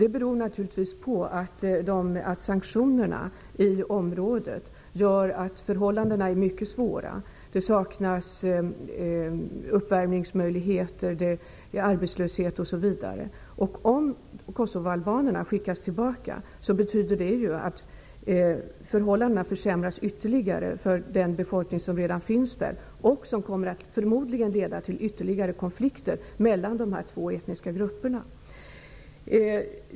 Det beror naturligtvis på att sanktionerna i området gör att förhållandena är mycket svåra -- det saknas uppvärmningsmöjligheter, arbetslöshet råder osv. Om kosovoalbanerna skickas tillbaka betyder det att förhållandena för den befolkning som redan finns där kommer att försämras ytterligare, vilket förmodligen kommer att leda till ytterligare konflikter mellan de två etniska grupperna.